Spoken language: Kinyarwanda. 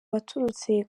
waturutse